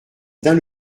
dun